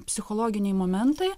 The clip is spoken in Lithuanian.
psichologiniai momentai